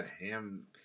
Ham